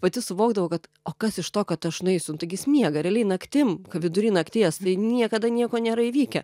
pati suvokdavau kad o kas iš to kad aš nueisiu nu tai gi jis miega realiai naktim vidury nakties niekada nieko nėra įvykę